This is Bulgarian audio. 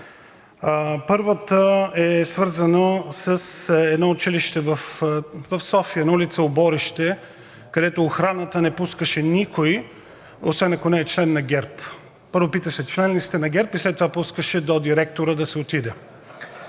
Първата е свързана с едно училище в София, на улица „Оборище“, където охраната не пускаше никого, освен ако не е член на ГЕРБ. Първо питаше: член ли сте на ГЕРБ и след това пускаше да се отиде